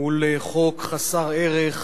מול חוק חסר ערך,